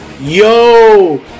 Yo